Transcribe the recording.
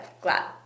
Glad